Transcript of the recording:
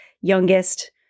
youngest